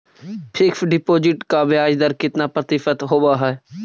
Fix deposit का ब्याज दर कितना प्रतिशत होब है?